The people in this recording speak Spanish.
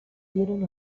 dieron